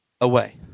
away